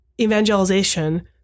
evangelization